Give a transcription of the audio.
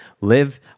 live